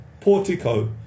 portico